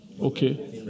Okay